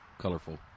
colorful